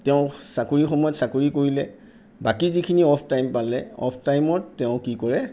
তেওঁ চাকৰি সময়ত চাকৰি কৰিলে বাকী যিখিনি অফ টাইম পালে অফ টাইমত তেওঁ কি কৰে